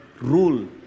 rule